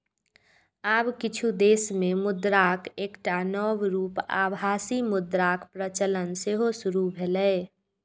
आब किछु देश मे मुद्राक एकटा नव रूप आभासी मुद्राक प्रचलन सेहो शुरू भेलैए